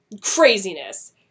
Craziness